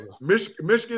Michigan